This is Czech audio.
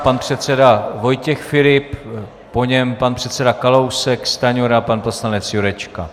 Pan předseda Vojtěch Filip, po něm pan předseda Kalousek, Stanjura a pan poslanec Jurečka.